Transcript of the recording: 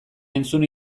entzun